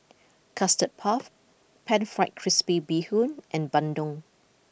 Custard Puff Pan Fried Crispy Bee Bee Hoon and Bandung